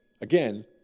again